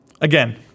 Again